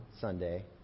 Sunday